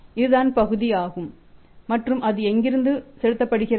இதுதான் பகுதி ஆகும் மற்றும் அது எங்கிருந்து செலுத்தப்படுகிறது